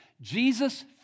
Jesus